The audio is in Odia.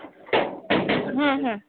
ହଁ ହଁ